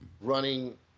running